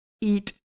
Eat